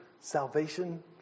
salvation